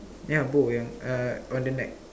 yeah bow yeah uh around the neck